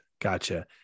Gotcha